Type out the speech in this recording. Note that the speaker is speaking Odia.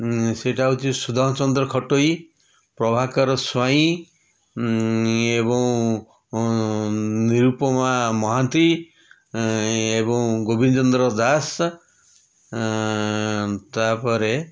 ଉଁ ସେଇଟା ହେଉଛି ସୁଦାମ ଚନ୍ଦ୍ର ଖଟୋଇ ପ୍ରଭାକର ସ୍ୱାଇଁ ଏବଂ ନିରୁପମା ମହାନ୍ତି ଏଁ ଏବଂ ଗୋବିନ୍ଦ ଚନ୍ଦ୍ର ଦାସ ତା'ପରେ